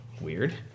Weird